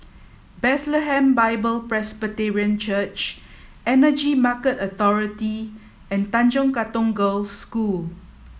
Bethlehem Bible Presbyterian Church Energy Market Authority and Tanjong Katong Girls' School